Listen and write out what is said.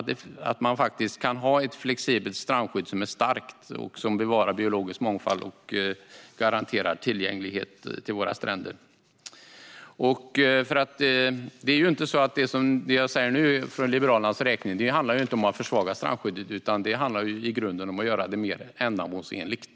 Man kan faktiskt ha ett flexibelt strandskydd som är starkt, bevarar biologisk mångfald och garanterar tillgänglighet till våra stränder. Det jag nu säger för Liberalernas räkning handlar inte om att försvaga strandskyddet, utan i grunden handlar det om att göra skyddet mer ändamålsenligt.